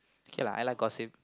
okay lah I like gossip